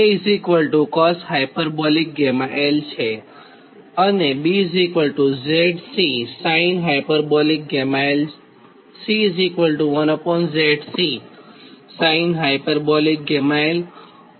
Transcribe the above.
A cosh𝛾𝑙 છે અને B𝑍𝐶 sinh𝛾𝑙 અને C1ZC sinh𝛾𝑙 તથા D A cosh𝛾𝑙 છે